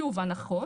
שוב, הנחות.